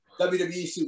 WWE